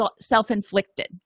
self-inflicted